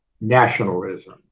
nationalism